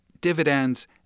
dividends